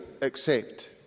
accept